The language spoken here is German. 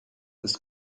ist